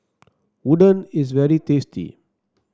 Udon is very tasty